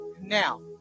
Now